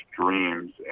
dreams